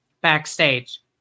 backstage